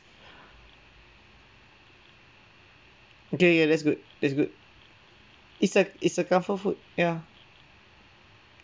okay okay that's good that's good it's a it's a comfort food ya